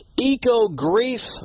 eco-grief